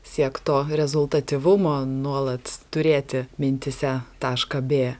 siekt to rezultatyvumo nuolat turėti mintyse tašką bė